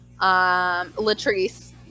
Latrice